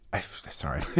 Sorry